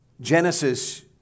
Genesis